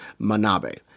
Manabe